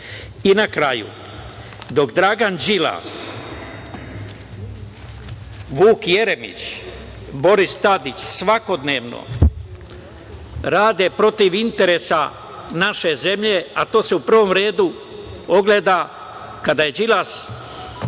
kraju, dok Dragan Đilas, Vuk Jeremić, Boris Tadić, svakodnevno rade protiv interesa naše zemlje, a to se u prvom redu ogleda, kada je Đilas